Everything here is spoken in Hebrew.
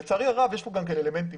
לצערי הרב יש כאן גם אלמנט פיזי.